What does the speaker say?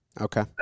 okay